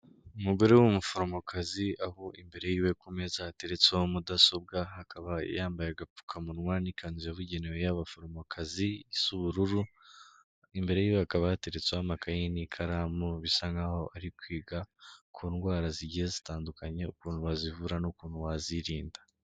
Umugore w'umuforomokazi aho imbere y'iwe ku meza hateretseho mudasobwa, akaba yambaye agapfukamunwa n'ikanzu yabugenewe y'abaforomokazi isa ubururu, imbere y'iwe hakaba hateretseho amakaye n'ikaramu, bisa nk'aho ari kwiga ku ndwara zigiye zitandukanye, ukuntu wazivura n'ukuntu wazirinda.